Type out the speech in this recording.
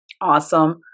Awesome